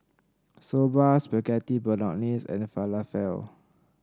Soba Spaghetti Bolognese and Falafel